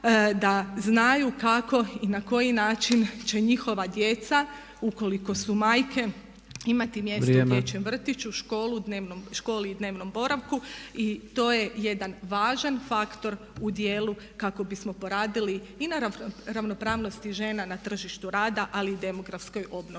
da znaju kako i na koji način će njihova djeca ukoliko su majke imati mjesto u dječjem vrtiću … …/Upadica Tepeš: Vrijeme./… … školi i dnevnom boravku. I to je jedan važan faktor u dijelu kako bismo poradili i na ravnopravnosti žena na tržištu rada, ali i demografskoj obnovi